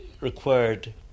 required